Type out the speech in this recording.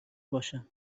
باشم